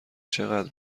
چقدر